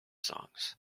songs